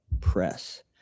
press